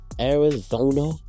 Arizona